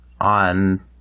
on